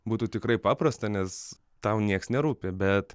būtų tikrai paprasta nes tau nieks nerūpi bet